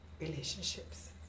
Relationships